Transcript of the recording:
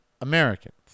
Americans